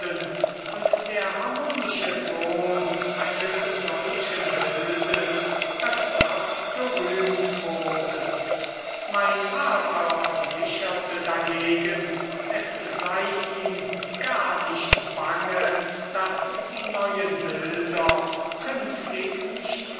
und der harmonische ton eines solchen bildes öfters gerühmt wurde mein vater versicherte dagegen es sei ihm gar nicht bange daß die neuen bilder künftig nicht